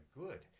good